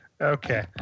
Okay